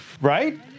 right